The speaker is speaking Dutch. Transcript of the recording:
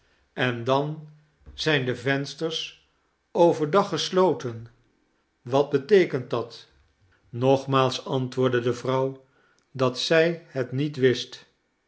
en dan zijn de vensters over dag gesloten wat beteekent dat nogmaals antwoordde de vrouw dat zij het niet wist